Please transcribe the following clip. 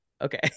Okay